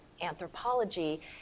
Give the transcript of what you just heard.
anthropology